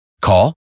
Call